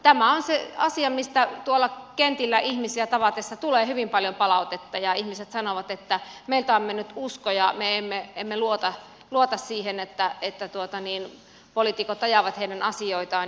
tämä on se asia mistä tuolla kentillä ihmisiä tavatessa tulee hyvin paljon palautetta ja ihmiset sanovat että heiltä on mennyt usko ja he eivät luota siihen että poliitikot ajavat heidän asioitaan